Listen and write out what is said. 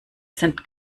sind